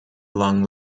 long